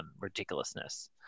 ridiculousness